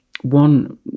one